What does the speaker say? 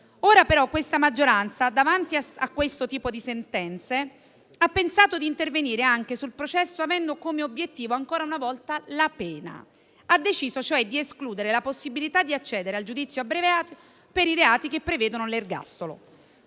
Ora però questa maggioranza, davanti a questo tipo di sentenze, ha pensato di intervenire anche sul processo, avendo come obiettivo ancora una volta la pena. Ha deciso cioè di escludere la possibilità di accedere al giudizio abbreviato per i reati che prevedono l'ergastolo.